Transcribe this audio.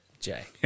Jay